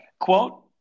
quote